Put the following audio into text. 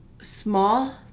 small